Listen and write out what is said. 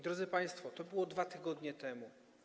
Drodzy państwo, to było 2 tygodnie temu.